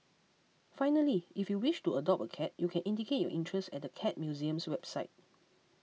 finally if you wish to adopt a cat you can indicate your interest at the Cat Museum's website